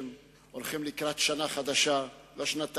זה עולה פעם אחרי פעם, ובידכם הדבר לעשותו